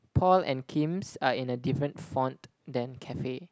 Paul and Kim's are in a different font than cafe